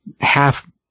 half